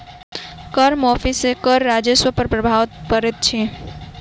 कर माफ़ी सॅ कर राजस्व पर प्रभाव पड़ैत अछि